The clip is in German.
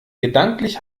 gedanklich